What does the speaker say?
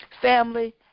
Family